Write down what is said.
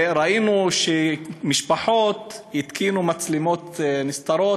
ראינו שמשפחות התקינו מצלמות נסתרות,